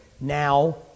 Now